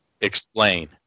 Explain